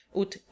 ut